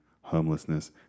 homelessness